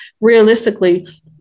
realistically